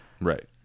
Right